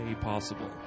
possible